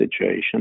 situation